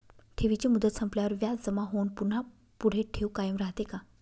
ठेवीची मुदत संपल्यावर व्याज जमा होऊन पुन्हा पुढे ठेव कायम राहते का?